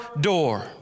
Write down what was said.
door